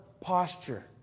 posture